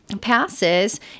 passes